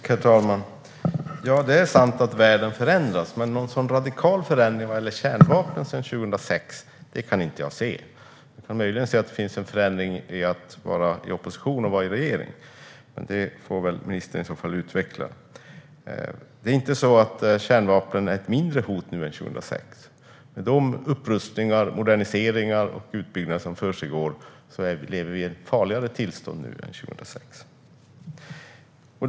Herr talman! Det är sant att världen förändras, men jag kan inte se att det har skett någon radikal förändring vad gäller kärnvapen sedan 2006. Möjligen kan jag se att det är skillnad mellan att vara i opposition och att vara i regeringsställning, men detta får ministern i så fall utveckla. Kärnvapen är inte ett mindre hot nu än 2006. Med den upprustning, modernisering och utbyggnad som försiggår lever vi i ett farligare tillstånd nu än vad vi gjorde 2006.